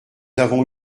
avons